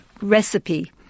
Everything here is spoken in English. recipe